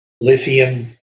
lithium